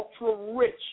ultra-rich